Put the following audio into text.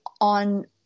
on